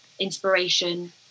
inspiration